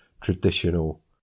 traditional